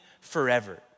forever